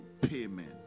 payment